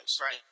Right